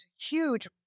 huge